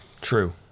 True